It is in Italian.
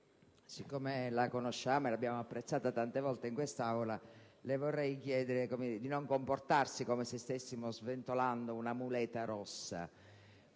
siccome la conosciamo e l'abbiamo apprezzata tante volte in quest'Aula, le vorrei chiedere di non comportarsi come se stessimo sventolando una muleta rossa.